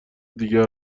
دیگر